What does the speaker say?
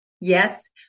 yes